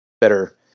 better